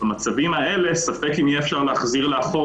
במצבים האלה ספק אם יהיה אפשר להחזיר לאחור